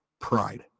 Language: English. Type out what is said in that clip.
Pride